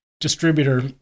distributor